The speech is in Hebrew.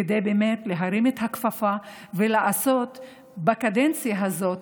כדי להרים את הכפפה ולעשות בקדנציה הזאת